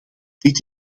dit